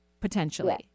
potentially